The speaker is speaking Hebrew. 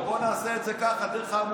והוא התנגד לחוק.